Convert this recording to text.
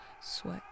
sweat